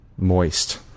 Moist